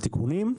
של התיקונים.